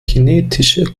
kinetische